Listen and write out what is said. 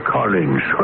Collins